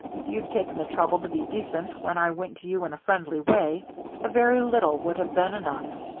if you'd taken the trouble to be decent when i went to you in a friendly way a very little would have been enough.